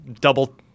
double